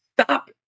Stop